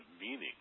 meaning